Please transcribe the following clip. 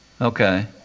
Okay